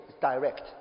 direct